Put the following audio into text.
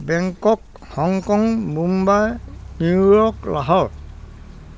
Bangkok Hong Kong Mumbai New York Lahore